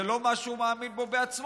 זה לא מה שהוא מאמין בו בעצמו,